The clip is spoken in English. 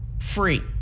free